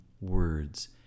words